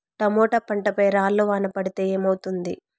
Tomato పంట పై రాళ్లు వాన పడితే ఏమవుతుంది?